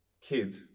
kid